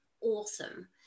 awesome